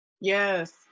yes